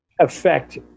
affect